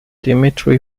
dimitri